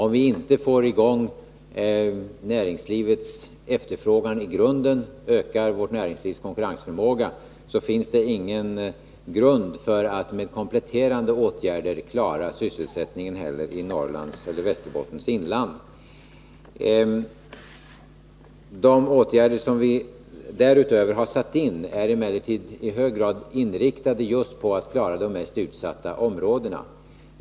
Om vi inte får i gång näringslivets efterfrågan i grunden, inte ökar vårt näringslivs konkurrensförmåga, finns det inte heller i Norrlands eller Västerbottens inland någon grund för att med kompletterande åtgärder klara sysselsättningen. De åtgärder som vi därutöver har satt in är emellertid i hög grad inriktade på att klara de mest utsatta områdena.